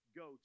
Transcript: go